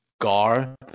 gar